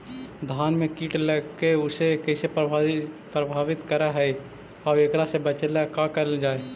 धान में कीट लगके उसे कैसे प्रभावित कर हई और एकरा से बचेला का करल जाए?